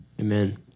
Amen